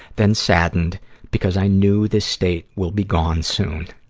then saddened because i knew this state will be gone soon.